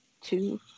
Two